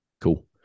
Cool